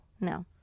No